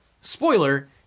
spoiler